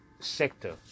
Sector